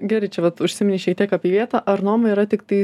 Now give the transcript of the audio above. gerai čia vat užsiminei šitiek apie vietą ar noma yra tiktai